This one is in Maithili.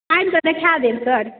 आबि कऽ देखा देब सर